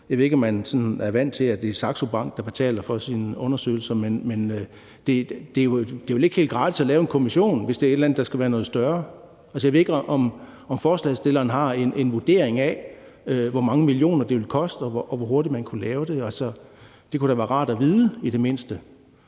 Jeg ved ikke, om man sådan er vant til, at det er Saxo Bank, der betaler for undersøgelser. Det er vel ikke helt gratis at lave en kommission, hvis det er et eller andet, der skal være noget større. Jeg ved ikke, om forslagsstillerne har en vurdering af, hvor mange millioner det vil koste, og hvor hurtigt man ville kunne lave det. Det kunne det da være rart at vide, i det mindste.